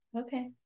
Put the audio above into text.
Okay